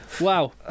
Wow